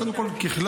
אז קודם כול ככלל,